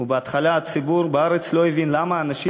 ובהתחלה הציבור בארץ לא הבין למה האנשים